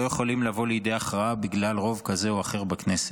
לא יכולים לבוא לידי הכרעה בגלל רוב כזה או אחר בכנסת.